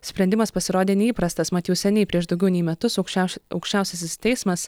sprendimas pasirodė neįprastas mat jau seniai prieš daugiau nei metus aukščia aukščiausiasis teismas